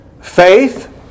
Faith